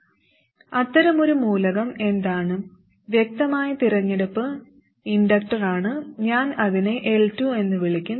അത്തരമൊരു മൂലകം എന്താണ് വ്യക്തമായ തിരഞ്ഞെടുപ്പ് ഇൻഡക്റ്ററാണ് ഞാൻ അതിനെ L2 എന്ന് വിളിക്കും